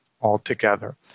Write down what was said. altogether